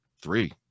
Three